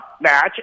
match